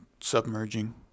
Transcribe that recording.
submerging